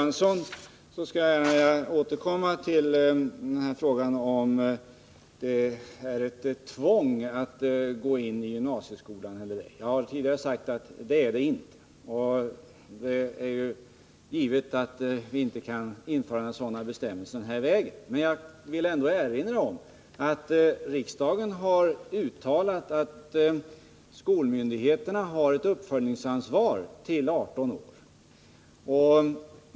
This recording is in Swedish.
När det gäller frågan om det är ett tvång att gå in i gymnasieskolan eller ej har jag tidigare sagt att det inte är det. Det är givet att vi inte kan införa sådana bestämmelser den här vägen. Men jag vill ändå erinra Marie-Ann Johansson om att riksdagen har uttalat att skolmyndigheterna har ett uppföljningsansvar till 18 år.